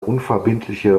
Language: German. unverbindliche